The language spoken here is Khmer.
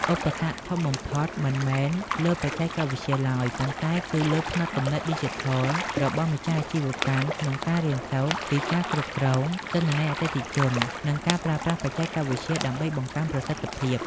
ឧបសគ្គធំបំផុតមិនមែនលើបច្ចេកវិទ្យាឡើយ ប៉ុន្តែគឺលើ ផ្នត់គំនិតឌីជីថល របស់ម្ចាស់អាជីវកម្មក្នុងការរៀនសូត្រពីការគ្រប់គ្រង ទិន្នន័យអតិថិជន និងការប្រើប្រាស់បច្ចេកវិទ្យាដើម្បីបង្កើនប្រសិទ្ធភាព។